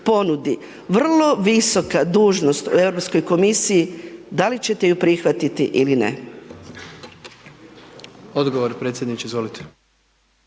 vrlo visoka dužnost u europskoj komisiji, da li ćete ju prihvatiti ili ne?